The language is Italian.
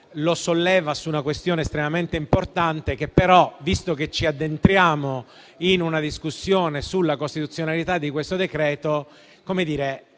in realtà, su una questione estremamente importante che però, visto che ci addentriamo in una discussione sulla costituzionalità di questo decreto-legge,